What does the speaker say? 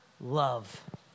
Love